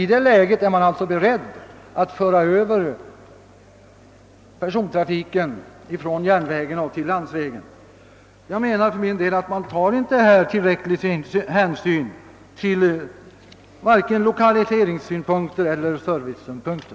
I ett sådant läge är man ändå beredd att föra över persontrafiken från järnväg till landsväg. Jag anser för min del att man inte tar tillräcklig hänsyn till vare sig lokaliseringssynpunkter eller servicesynpunkter.